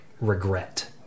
regret